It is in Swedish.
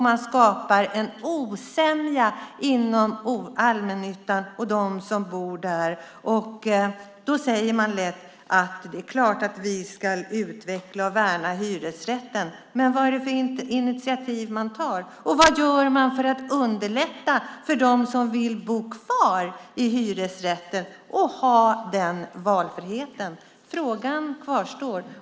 Man skapar en osämja inom allmännyttan och bland dem som bor där. Man säger lätt att det är klart att vi ska utveckla och värna hyresrätten, men vad är det då för initiativ man tar? Vad gör man för att underlätta för dem som vill bo kvar i hyresrätt och ha den valfriheten? Frågan kvarstår.